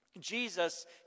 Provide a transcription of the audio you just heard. Jesus